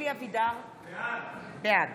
אלי אבידר, בעד